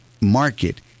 market